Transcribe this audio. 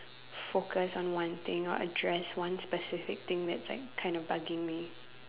focus on one thing or address one specific thing that is like kind of bugging me